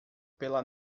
pela